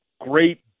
great